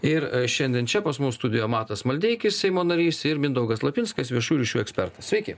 ir šiandien čia pas mus studijoje matas maldeikis seimo narys ir mindaugas lapinskas viešųjų ryšių ekspertas sveiki